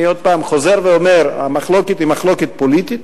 אני עוד פעם חוזר ואומר: המחלוקת היא מחלוקת פוליטית,